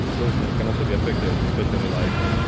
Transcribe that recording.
those things can also be effected especially like